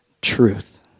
truth